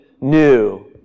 new